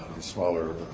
smaller